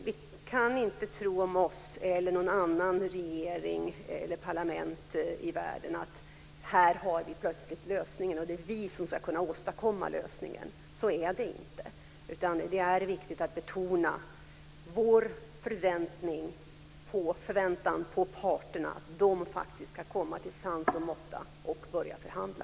Vi kan inte tro om oss eller om någon annan regering eller något annat parlament i världen att man plötsligt har lösningen och att man ska kunna åstadkomma lösningen, så är det inte. Det är viktigt att betona vår förväntan på parterna att de faktiskt ska komma till sans och måtta och börja förhandla.